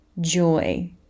joy